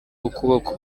ukuboko